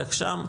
לך שם.